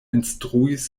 instruis